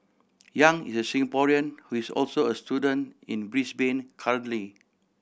Yang is a Singaporean who is also a student in Brisbane currently